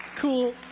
Cool